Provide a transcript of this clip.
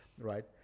Right